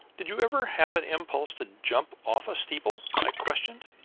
did you ever have an impulse to jump off a steeple? i questioned,